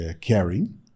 caring